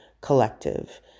collective